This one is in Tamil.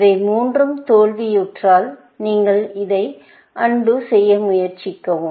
இவை மூன்றும் தோல்வியுற்றால் நீங்கள் இதை அன்டூ செய்ய முயற்சிக்கவும்